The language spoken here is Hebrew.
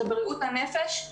בריאות הנפש.